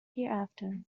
hereafter